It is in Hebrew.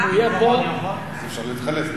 אם הוא יהיה פה, אז אפשר להתחלף.